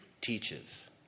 teaches